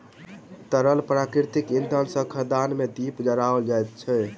तरल प्राकृतिक इंधन सॅ खदान मे दीप जराओल जाइत अछि